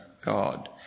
God